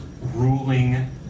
ruling